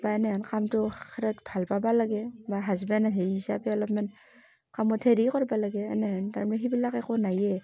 বা এনেহান কামটো খাৰাত ভাল পাব লাগে বা হাজবেণ্ড হেৰি হিচাপে অলপমান কামত হেৰিয়ে কৰিব লাগে এনেহান তাৰমানে সেইবিলাক একো নায়েই